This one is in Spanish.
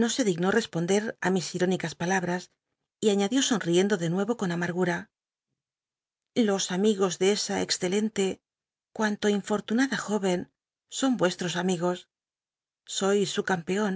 no se dignó responder á mis irónicas palabras y añadió so nriendo de nne o con amargura los am igos de esa excelente cuanto infortunada jó en son n tc tros am igo sois su campeon